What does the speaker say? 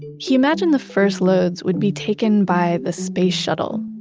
he imagined the first loads would be taken by the space shuttle,